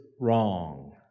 wrong